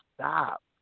stop